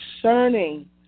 concerning